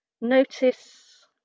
notice